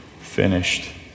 finished